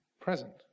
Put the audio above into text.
present